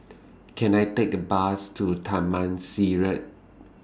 Can I Take A Bus to Taman Sireh